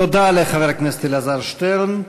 תודה לחבר הכנסת אלעזר שטרן.